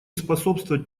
способствовать